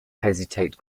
hesitate